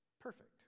perfect